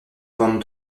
bande